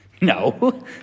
No